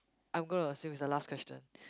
I'm going to assume is the last question